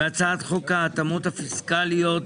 והצעת חוק ההתאמות הפיסקליות,